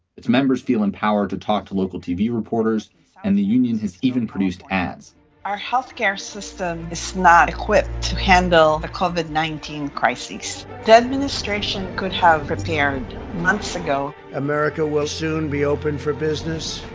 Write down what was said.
its members feel empowered to talk to local tv reporters and the union has even produced ads our health care system is not equipped to handle a covered nineteen crises administration could have prepared months ago. america will soon be open for business.